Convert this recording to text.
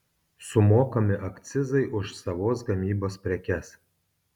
sumokami akcizai už savos gamybos prekes